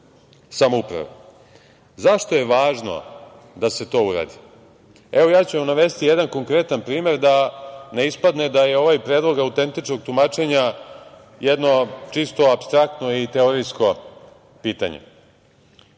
samouprave.Zašto je važno da se to uradi? Evo, ja ću vam navesti jedan konkretan primer da ne ispadne da je ovaj predlog autentičnog tumačenja jedno čisto apstraktno i teorijsko pitanje.U